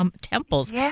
temples